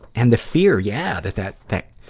and the fear, yeah, that that, that,